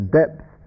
depth